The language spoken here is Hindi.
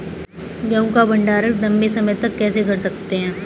गेहूँ का भण्डारण लंबे समय तक कैसे कर सकते हैं?